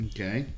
Okay